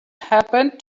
happened